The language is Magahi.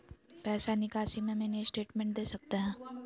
पैसा निकासी में मिनी स्टेटमेंट दे सकते हैं?